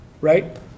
right